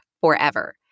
forever